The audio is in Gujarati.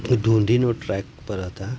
ઢૂંઢીનો ટ્રેક પર હતા